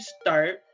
start